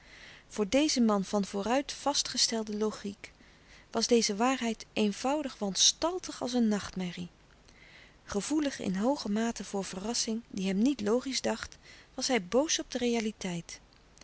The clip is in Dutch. voor dezen man van vooruit vastgestelde logiek was deze waarheid eenvoudig wanstaltig als een nachtmerrie gevoelig in hooge mate voor verrassing die hem niet logisch dacht was hij boos op de realiteit